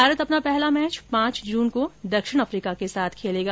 भारत अपना पहला मैच पांच जून को दक्षिण अफ्रीका के साथ खेलेगा